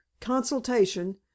Consultation